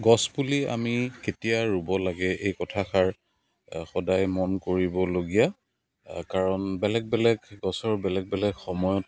গছপুলি আমি কেতিয়া ৰুব লাগে এই কথাষাৰ সদায় মন কৰিবলগীয়া কাৰণ বেলেগ বেলেগ গছৰ বেলেগ বেলেগ সময়ত